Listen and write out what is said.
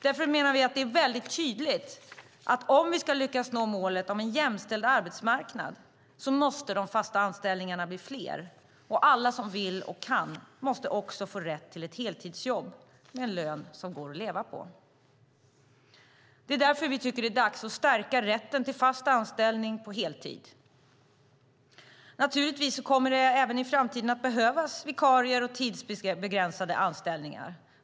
Därför menar vi att det är tydligt att de fasta anställningarna måste bli fler om vi ska lyckas nå målet om en jämställd arbetsmarknad. Alla som vill och kan måste också få rätt till ett heltidsjobb med en lön som går att leva på. Det är därför vi tycker att det är dags att stärka rätten till fast anställning på heltid. Naturligtvis kommer det även i framtiden att behövas vikarier och tidsbegränsade anställningar.